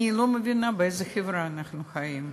אני לא מבינה באיזו חברה אנחנו חיים,